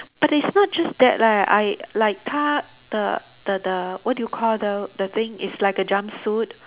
but it's not just that leh I like 她的 the the what do you call the the thing it's like a jumpsuit